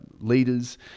leaders